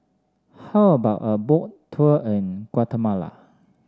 how about a Boat Tour in Guatemala